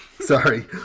Sorry